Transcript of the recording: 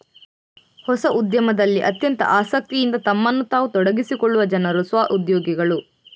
ಹೊಸ ಉದ್ಯಮದಲ್ಲಿ ಅತ್ಯಂತ ಆಸಕ್ತಿಯಿಂದ ತಮ್ಮನ್ನು ತಾವು ತೊಡಗಿಸಿಕೊಳ್ಳುವ ಜನರು ಸ್ವ ಉದ್ಯೋಗಿಗಳು